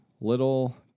little